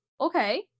okay